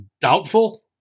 doubtful